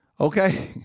Okay